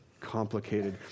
complicated